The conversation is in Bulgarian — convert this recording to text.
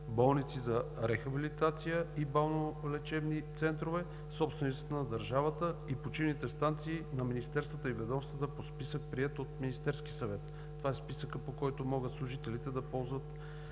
болници за рехабилитация и балнеолечебни центрове, собствениците на държавата и почивните станции на министерствата и ведомствата по списък, приет от Министерския съвет. Това е списъкът, по който могат служителите да ползват